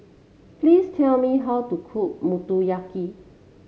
please tell me how to cook Motoyaki